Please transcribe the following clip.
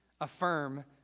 Affirm